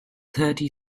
thirty